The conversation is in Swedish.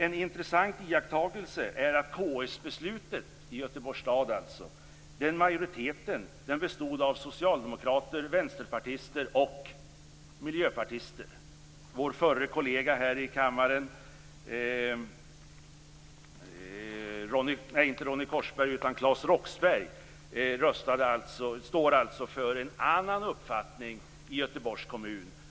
En intressant iakttagelse är att majoriteten i KS beslutet i Göteborgs stad bestod av socialdemokrater, vänsterpartister och miljöpartister. Vår förre kollega här i kammaren, Claes Roxbergh, står alltså för en annan uppfattning i Göteborgs kommun.